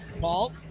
Paul